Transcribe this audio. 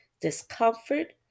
discomfort